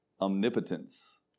omnipotence